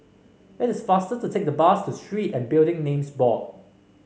it is faster to take the bus to Street and Building Names Board